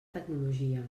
tecnologia